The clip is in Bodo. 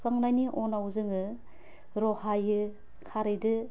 सुखांनायनि उनाव जोङो रहायो खारैदो